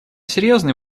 серьезный